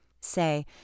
Say